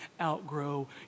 outgrow